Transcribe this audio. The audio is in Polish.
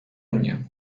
mnie